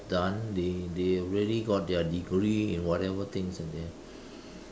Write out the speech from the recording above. done they they already got their degree in whatever things like that